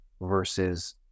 versus